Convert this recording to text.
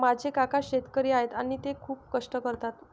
माझे काका शेतकरी आहेत आणि ते खूप कष्ट करतात